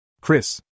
Chris